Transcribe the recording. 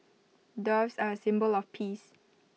doves are A symbol of peace